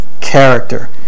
character